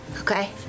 Okay